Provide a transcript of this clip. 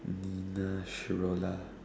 nurse Rola